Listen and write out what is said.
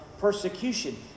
persecution